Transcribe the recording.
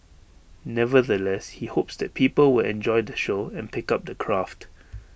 nevertheless he hopes that people will enjoy the show and pick up the craft